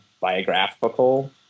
biographical